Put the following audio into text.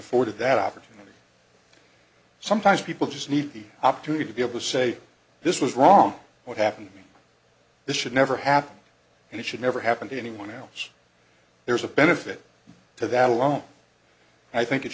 afforded that opportunity sometimes people just need the opportunity to be able to say this was wrong what happened this should never happen and it should never happen to anyone else there is a benefit to that alone i think it